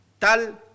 tal